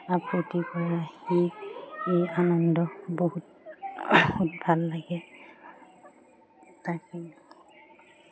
কৰা সেই আনন্দ বহুত বহুত ভাল লাগে তাকে